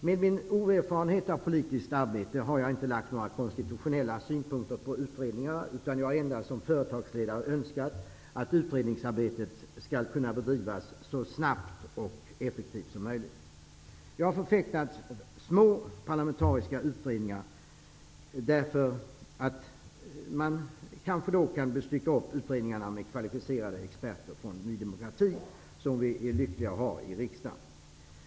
Med min oerfarenhet av politiskt arbete har jag inte lagt några konstitutionella synpunkter på utredningarna, utan jag har endast som företagsledare önskat att utredningsarbetet skall kunna bedrivas så snabbt och effektivt som möjligt. Jag har förfäktat små parlamentariska utredningar därför att man kanske då kan stycka upp utredningarna och få med kvalificerade experter från Ny demokrati, som vi är lyckliga att ha i riksdagen.